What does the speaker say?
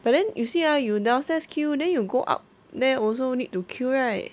but then you see ah you downstairs queue then you go up there also need to queue right